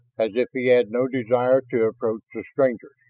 as if he had no desire to approach the strangers.